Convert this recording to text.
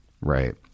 right